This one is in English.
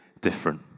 different